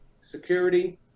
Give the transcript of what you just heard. security